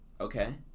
okay